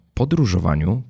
podróżowaniu